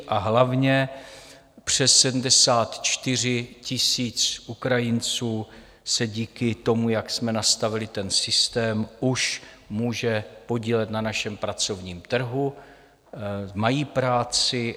A hlavně přes 74 000 Ukrajinců se díky tomu, jak jsme nastavili ten systém, už může podílet na našem pracovním trhu, mají práci.